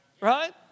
right